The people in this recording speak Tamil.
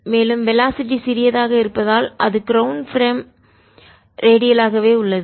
மேலும் வெலாசிட்டி சிறியதாக இருப்பதால் அது க்ரௌண்ட் பிரேம் தரை சட்டகம் ரேடியலாகவே உள்ளது